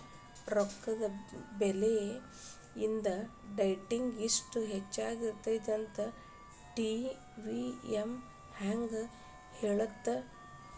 ರೊಕ್ಕದ ಬೆಲಿ ಇದ ಡೇಟಿಂಗಿ ಇಷ್ಟ ಹೆಚ್ಚಾಗಿರತ್ತಂತ ಟಿ.ವಿ.ಎಂ ಹೆಂಗ ಹೇಳ್ತದ